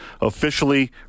officially